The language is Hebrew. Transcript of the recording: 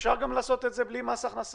אפשר לעשות את זה גם בלי מס הכנסה,